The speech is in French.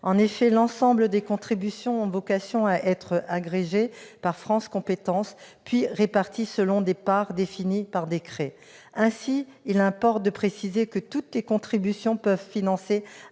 En effet, l'ensemble des contributions ont vocation à être agrégées par France compétences, puis réparties selon des parts définies par décret. En conséquence, il importe de préciser que toutes les contributions peuvent financer